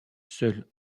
seul